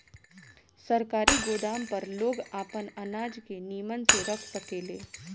सरकारी गोदाम पर लोग आपन अनाज के निमन से रख सकेले